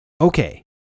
Okay